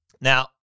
Now